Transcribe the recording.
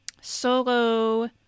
solo